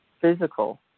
physical